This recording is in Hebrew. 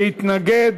להתנגד.